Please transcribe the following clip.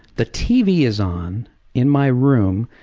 the tv is on in my room,